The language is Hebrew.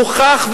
הוכח,